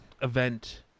Event